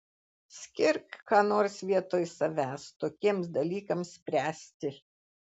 skirk ką nors vietoj savęs tokiems dalykams spręsti